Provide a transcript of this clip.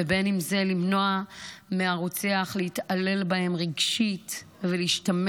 ובין שזה למנוע מהרוצח להתעלל בהם רגשית ולהשתמש